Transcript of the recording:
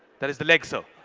that is the leg, sir.